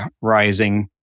rising